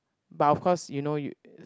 but of course you know you